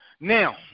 Now